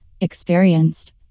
Experienced